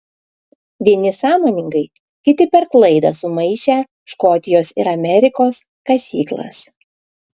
vieni sąmoningai kiti per klaidą sumaišę škotijos ir amerikos kasyklas